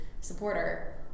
supporter